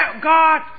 God